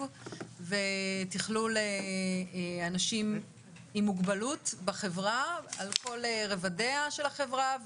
ותכלול אנשים עם מוגבלות בחברה על כל רבדיה של החברה,